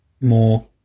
more